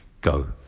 go